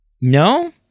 No